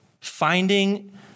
Finding